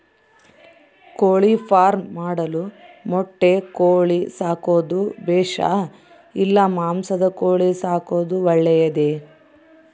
ಕೋಳಿಫಾರ್ಮ್ ಮಾಡಲು ಮೊಟ್ಟೆ ಕೋಳಿ ಸಾಕೋದು ಬೇಷಾ ಇಲ್ಲ ಮಾಂಸದ ಕೋಳಿ ಸಾಕೋದು ಒಳ್ಳೆಯದೇ?